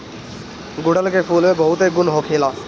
गुड़हल के फूल में बहुते गुण होखेला